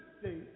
state